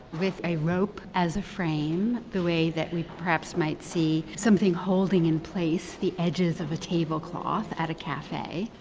with a rope as a frame, the way that we perhaps might see something holding in place the edges of a tablecloth at a cafe.